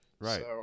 right